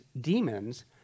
demons